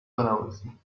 بنوازی